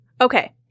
Okay